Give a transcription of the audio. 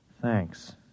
Thanks